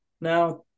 now